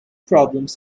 problems